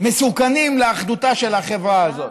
מסוכנים לאחדותה של החברה הזאת.